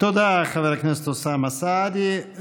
תודה, חבר הכנסת אוסאמה סעדי.